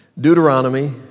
Deuteronomy